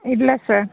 ಇಲ್ಲ ಸರ್